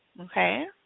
okay